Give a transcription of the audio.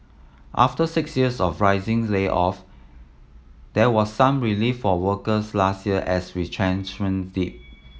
after six years of rising layoff there was some relief for workers last year as retrenchments dipped